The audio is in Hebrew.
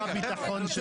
שר הביטחון שלך.